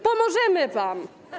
Pomożemy wam.